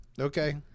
Okay